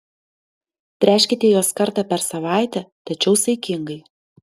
tręškite juos kartą per savaitę tačiau saikingai